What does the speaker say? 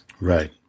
Right